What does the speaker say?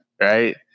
right